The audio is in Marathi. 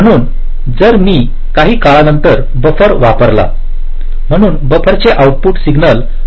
म्हणून जर मी काही काळानंतर बफर वापरला म्हणून बफरचे आउटपुट सिग्नल पुन्हा विकृत मुक्त होईल